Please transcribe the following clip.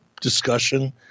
discussion